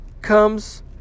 comes